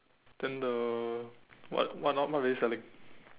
then the what what are they selling